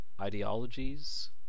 ideologies